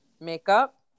makeup